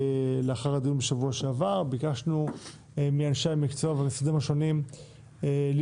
לאחר הדיון בשבוע שעבר ביקשנו מאנשי המקצוע במשרדים השונים לבחון